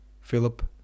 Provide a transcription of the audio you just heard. Philip